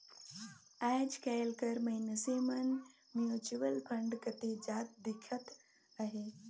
आएज काएल कर मइनसे मन म्युचुअल फंड कती जात दिखत अहें